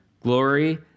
Glory